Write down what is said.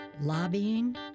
Lobbying